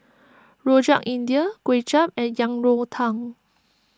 Rojak India Kuay Chap and Yang Rou Tang